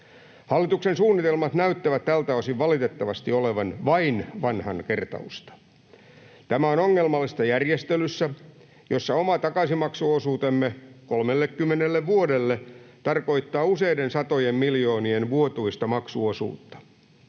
Hallituksen suunnitelmat näyttävät tältä osin valitettavasti olevan vain vanhan kertausta. Tämä on ongelmallista järjestelyssä, jossa oma takaisinmaksuosuutemme 30 vuodelle tarkoittaa useiden satojen miljoonien vuotuista maksuosuutta.